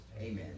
Amen